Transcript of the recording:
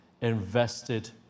invested